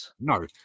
No